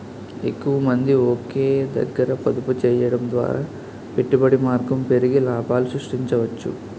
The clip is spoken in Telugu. ఎక్కువమంది ఒకే దగ్గర పొదుపు చేయడం ద్వారా పెట్టుబడి మార్గం పెరిగి లాభాలు సృష్టించవచ్చు